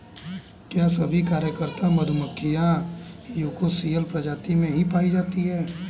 क्या सभी कार्यकर्ता मधुमक्खियां यूकोसियल प्रजाति में ही पाई जाती हैं?